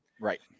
Right